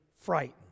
frightened